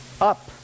up